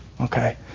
Okay